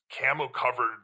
camo-covered